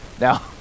Now